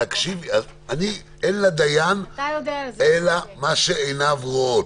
אין לדיין אלא מה שעיניו רואות.